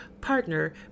partner